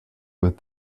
with